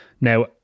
now